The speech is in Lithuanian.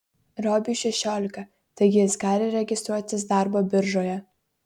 robiui šešiolika taigi jis gali registruotis darbo biržoje